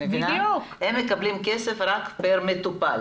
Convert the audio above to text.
הם מקבלים כסף רק פר מטופל.